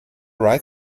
right